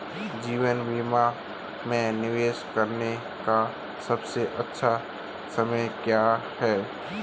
जीवन बीमा में निवेश करने का सबसे अच्छा समय क्या है?